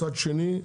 מצד שני,